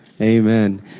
Amen